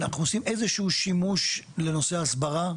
חוגגים כבר עשור להסכמים הבילטרליים הראשון היה תאילנד,